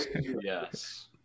Yes